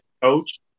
coach